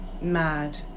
mad